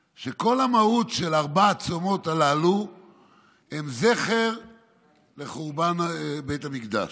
כל המהות של ארבעת הצומות הללו היא זכר לחורבן בית המקדש.